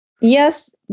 Yes